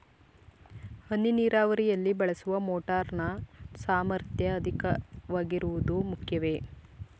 ಹನಿ ನೀರಾವರಿಯಲ್ಲಿ ಬಳಸುವ ಮೋಟಾರ್ ನ ಸಾಮರ್ಥ್ಯ ಅಧಿಕವಾಗಿರುವುದು ಮುಖ್ಯವೇ?